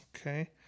okay